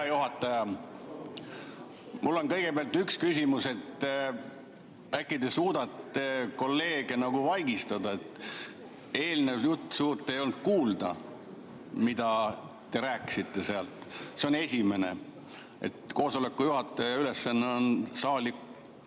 saalis.) Mul on kõigepealt üks küsimus, et äkki te suudate kolleege vaigistada. Eelnev jutt suurt ei olnud kuulda, mida te rääkisite sealt. See on esimene asi. Koosoleku juhataja ülesanne on saali